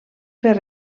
fer